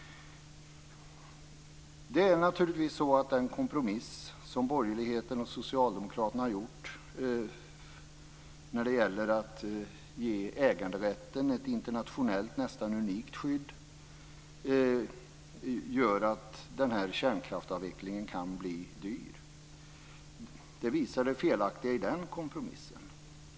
Det är naturligtvis så att den kompromiss som borgerligheten och Socialdemokraterna har gjort när det gäller att ge äganderätten ett internationellt sett nästan unikt skydd, gör att den här kärnkraftsavvecklingen kan bli dyr. Det visar det felaktiga i den kompromissen.